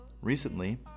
Recently